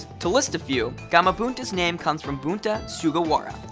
to list a few, gamabunta's name comes from bunta sugawara,